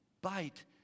bite